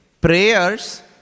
prayers